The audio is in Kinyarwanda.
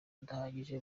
adahagije